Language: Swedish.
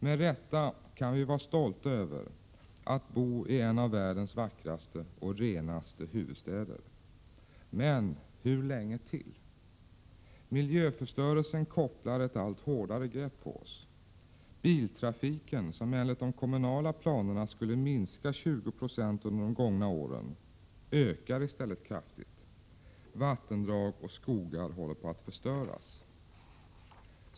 Med rätta kan vi vara stolta över att bo i en av världens vackraste och renaste huvudstäder — men hur länge till? Miljöförstörelsen kopplar ett allt hårdare grepp på oss. Biltrafiken, som enligt de kommunala planerna skulle minska 20 20 under de gångna åren, ökar i stället kraftigt. Vattendrag och skogar håller på att förstöras.